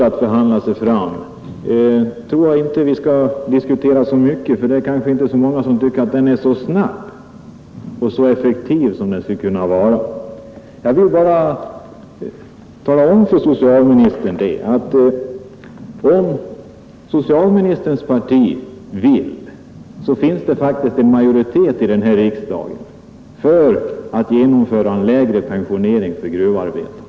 Jag tror inte att vi så mycket bör diskutera LO:s metod att förhandla sig fram, men det är kanske inte många som tycker att den är så snabb och effektiv som den skulle kunna vara. Jag vill bara tala om för socialministern att om hans parti vill, så finns det faktiskt en majoritet i denna riksdag för att genomföra en lägre pensionsålder för gruvarbetarna.